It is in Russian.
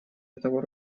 этого